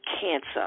cancer